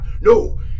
No